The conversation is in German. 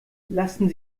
lassen